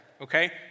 okay